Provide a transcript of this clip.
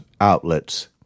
outlets